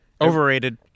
Overrated